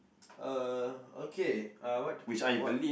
uh okay uh what what